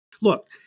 Look